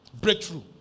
Breakthrough